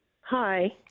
Hi